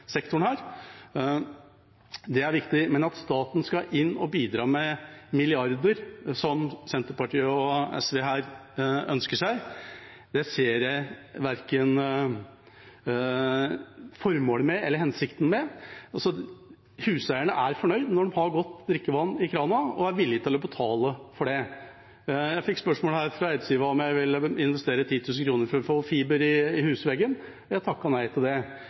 sektoren – det er viktig. Men at staten skal inn og bidra med milliarder, som Senterpartiet og SV ønsker seg, ser jeg verken formålet eller hensikten med. Huseierne er fornøyd når de har godt drikkevann i krana, og er villige til å betale for det. Jeg fikk et spørsmål fra Eidsiva om jeg ville investere 10 000 kr for å få fiber til husveggen; jeg takket nei til det.